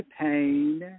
pain